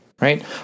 right